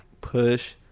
Push